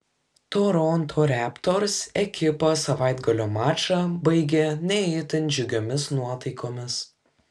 toronto raptors ekipa savaitgalio mačą baigė ne itin džiugiomis nuotaikomis